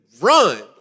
run